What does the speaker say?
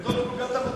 זאת נקודת המוצא,